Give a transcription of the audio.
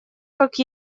как